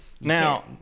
now